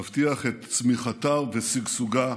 נבטיח את צמיחתה ושגשוגה,